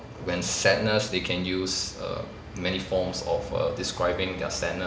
when sadness they can use err many forms of err describing their sadness